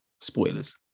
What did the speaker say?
spoilers